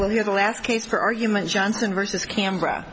we'll hear the last case for argument johnson versus cambra